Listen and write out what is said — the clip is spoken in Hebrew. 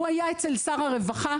הוא היה אצל שר הרווחה,